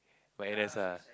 my n_s ah